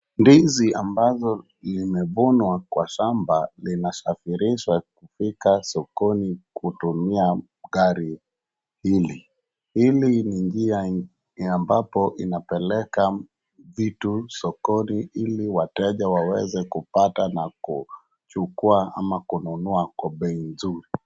Ndizi ambazo limevunwa kwa shamba linasafirishwa kufika sokoni kuutumia gari hili. Hili ni njia ambapo inapeleka vitu sokoni ili wateja waweze kupata na kuchukua ama kununua kwa bei nzuri.